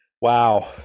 Wow